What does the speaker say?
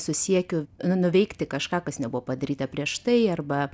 su siekiu nuveikti kažką kas nebuvo padaryta prieš tai arba